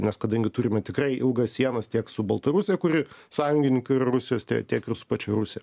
nes kadangi turime tikrai ilgas sienas tiek su baltarusija kuri sąjungininkė yra rusijos tiek ir su pačia rusija